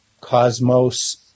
cosmos